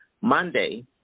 Monday